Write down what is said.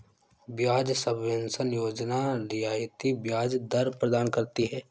ब्याज सबवेंशन योजना रियायती ब्याज दर प्रदान करती है